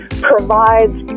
provides